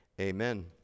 Amen